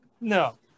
No